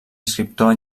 escriptor